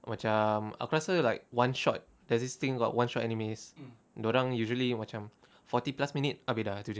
macam aku rasa like one shot there's this thing called one shot animes dorang usually macam forty plus minutes abeh dah tu jer